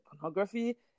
pornography